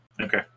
Okay